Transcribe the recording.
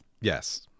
Yes